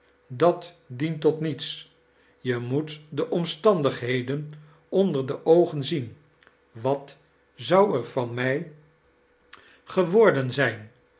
dat dient tot niets je moet de omstandigheden onder de oogen zien wat zou er van mij gewordein zijn